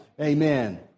Amen